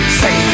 say